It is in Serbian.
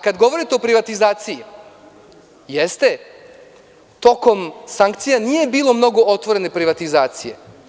Kada govorite o privatizaciji, jeste, tokom sankcija nije bilo mnogo otvorene privatizacije.